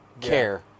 care